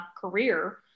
career